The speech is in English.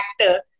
actor